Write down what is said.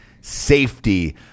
Safety